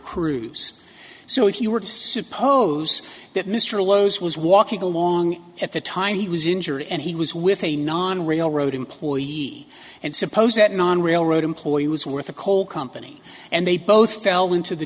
crews so if you were to suppose that mr low's was walking along at the time he was injured and he was with a non railroad employee and suppose that non railroad employee was worth the coal company and they both fell into the